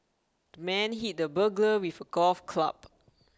the man hit the burglar with a golf club